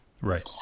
Right